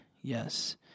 Yes